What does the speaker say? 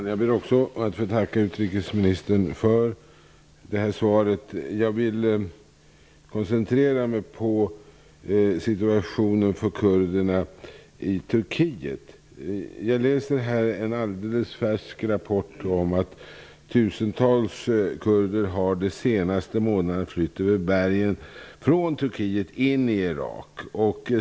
Herr talman! Också jag ber att få tacka utrikesministern för svaret. Jag vill koncentrera mig på situationen för kurderna i Turkiet. I en alldeles färsk rapport kan man läsa att under den senaste månaden har tusentals kurder flytt från Turkiet över bergen till Irak.